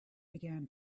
began